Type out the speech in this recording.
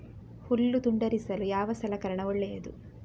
ಹುಲ್ಲು ತುಂಡರಿಸಲು ಯಾವ ಸಲಕರಣ ಒಳ್ಳೆಯದು?